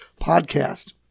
podcast